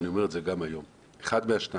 ואני אומר את זה גם היום אחד מהשניים: